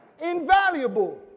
Invaluable